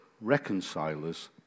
reconcilers